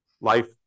Life